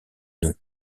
nom